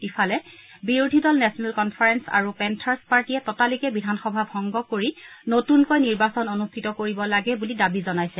ইফালে বিৰোধী দল নেশ্যনেল কন্ফাৰেল আৰু পেন্বাৰ্ছ পাৰ্টীয়ে ততালিকে বিধানসভা ভংগ কৰি নতুনকৈ নিৰ্বাচন অনুষ্ঠিত কৰিব লাগে বুলি দাবী জনাইছে